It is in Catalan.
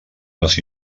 les